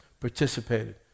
participated